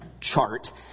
chart